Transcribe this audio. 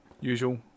Usual